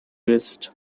best